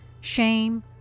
shame